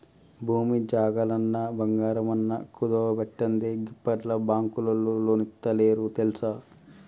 భూమి జాగలన్నా, బంగారమన్నా కుదువబెట్టందే గిప్పట్ల బాంకులోల్లు లోన్లిత్తలేరు తెల్సా